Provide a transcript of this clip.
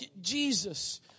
Jesus